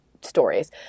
stories